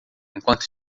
enquanto